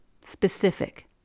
specific